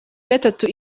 gatatu